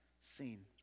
seen